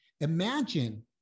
Imagine